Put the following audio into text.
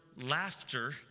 laughter